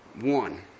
One